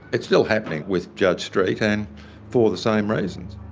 it's still happening with judge street and for the same reasons.